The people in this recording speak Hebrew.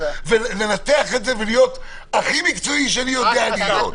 לנתח את זה ולהיות הכי מקצועי שאני יודע לעשות.